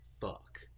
fuck